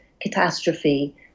catastrophe